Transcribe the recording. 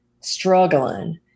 struggling